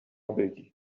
بگی